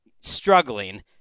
struggling